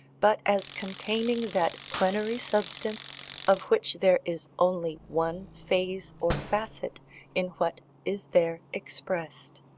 but as containing that plenary substance of which there is only one phase or facet in what is there expressed.